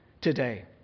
today